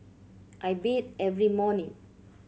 I bathe every morning